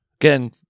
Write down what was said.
Again